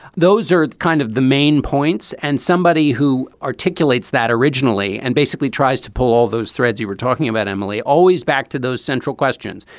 those are kind of the main points. and somebody who articulates that originally and basically tries to pull all those threads you were talking about emily always back to those central questions.